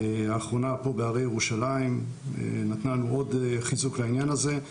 האחרונה פה בהרי ירושלים נתנה לנו עוד חיזוק לעניין הזה.